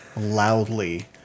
Loudly